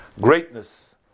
greatness